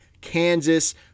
Kansas